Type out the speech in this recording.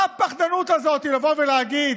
מה הפחדנות הזאת לבוא ולהגיד?